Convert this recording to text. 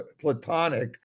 platonic